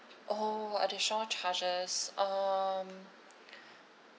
oh additional charges um